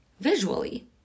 visually